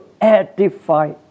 edify